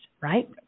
right